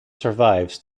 survives